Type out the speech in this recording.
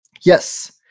Yes